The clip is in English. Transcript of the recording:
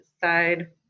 side